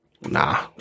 nah